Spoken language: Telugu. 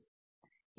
ఇది కేవలం 1